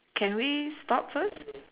can we stop first